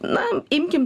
na imkim